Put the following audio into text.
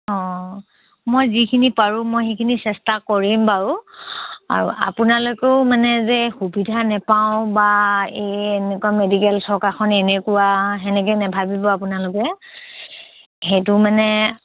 অঁ মই যিখিনি পাৰোঁ মই সেইখিনি চেষ্টা কৰিম বাৰু আৰু আপোনালোকেও মানে যে সুবিধা নেপাওঁ বা এই এনেকুৱা মেডিকেল চৰকাৰখন এনেকুৱা সেনেকে নেভাবিব আপোনালোকে সেইটো মানে